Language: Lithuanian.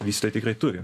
vystytojai tikrai turi